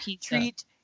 treat